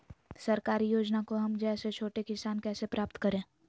सरकारी योजना को हम जैसे छोटे किसान कैसे प्राप्त करें?